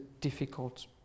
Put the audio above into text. difficult